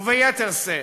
וביתר שאת,